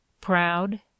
proud